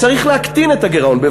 צריך להקטין את הגירעון.